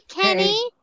Kenny